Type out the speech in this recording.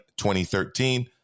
2013